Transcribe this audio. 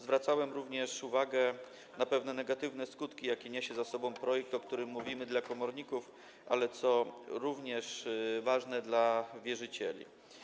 Zwracałem również uwagę na pewne negatywne skutki, jakie niesie za sobą projekt, o którym mówimy, dla komorników, ale co również ważne - dla wierzycieli.